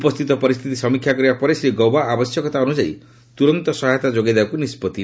ଉପସ୍ଥିତ ପରିସ୍ଥିତି ସମୀକ୍ଷା କରିବା ପରେ ଶ୍ରୀ ଗୌବା ଆବଶ୍ୟକତା ଅନୁଯାୟୀ ତୁରନ୍ତ ସହାୟତା ଯୋଗାଇ ଦେବାକୁ ନିଷ୍ପତ୍ତି